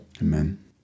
Amen